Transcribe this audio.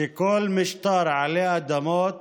שכל משטר עלי אדמות